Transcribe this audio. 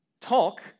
talk